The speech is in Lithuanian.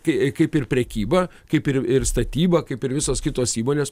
kai kaip ir prekyba kaip ir ir statyba kaip ir visos kitos įmonės